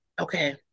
Okay